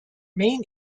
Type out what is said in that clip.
main